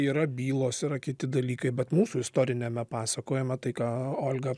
yra bylos yra kiti dalykai bet mūsų istoriniame pasakojime tai ką olga